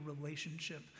relationship